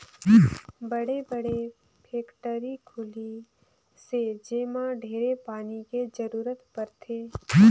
बड़े बड़े फेकटरी खुली से जेम्हा ढेरे पानी के जरूरत परथे